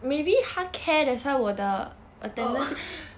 oh